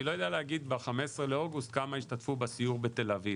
אני לא יודע להגיד ב-15 באוגוסט כמה ישתתפו בסיור בתל אביב.